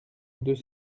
deux